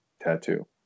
tattoo